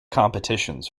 competitions